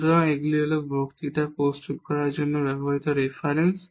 সুতরাং এগুলি হল বক্তৃতা প্রস্তুত করার জন্য ব্যবহৃত রেফারেন্স